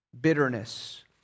bitterness